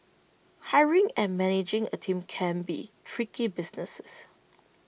hiring and managing A team can be tricky businesses